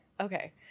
Okay